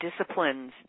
disciplines